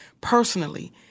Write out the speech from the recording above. personally